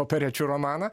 operečių romaną